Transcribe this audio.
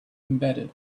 embedded